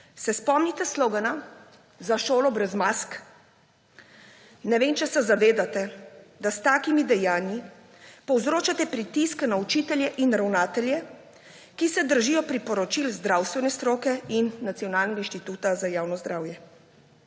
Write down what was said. Se spomnite slogana Za šolo brez mask? Na vem, ali se zavedate, da s takimi dejanji povzročate pritisk na učitelje in ravnatelje, ki se držijo priporočil zdravstvene stroke in Nacionalnega inštituta za javno zdravje.